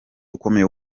ukomeye